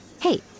Hey